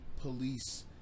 police